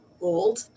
old